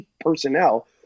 Personnel